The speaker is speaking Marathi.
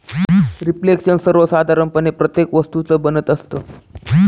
रिफ्लेक्शन सर्वसाधारणपणे प्रत्येक वस्तूचं बनत असतं